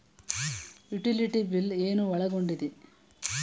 Utility bill ಏನು ಒಳಗೊಂಡಿದೆ?